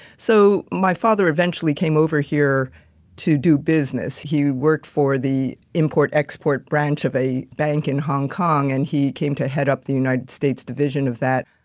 so, my father eventually came over here to do business. he worked for the import export branch of a bank in hong kong, and he came to head up the united states division of that.